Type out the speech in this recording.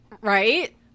Right